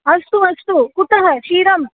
अस्तु अस्तु कुतः क्षीरं